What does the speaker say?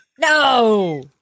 No